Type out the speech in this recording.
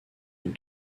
une